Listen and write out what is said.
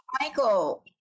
michael